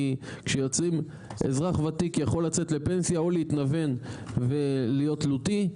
כי אזרח ותיק יכול לצאת לפנסיה או להתנוון ולהיות תלותי,